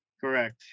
Correct